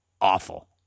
awful